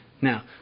Now